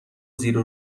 زیر